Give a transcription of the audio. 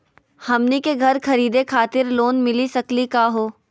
हमनी के घर खरीदै खातिर लोन मिली सकली का हो?